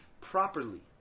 properly